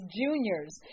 juniors